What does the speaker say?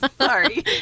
Sorry